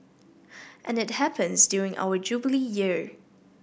and it happens during our Jubilee Year